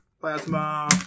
Plasma